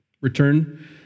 return